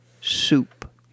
soup